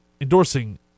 endorsing